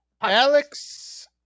Alex